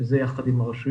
זה נעשה יחד עם הרשויות,